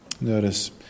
Notice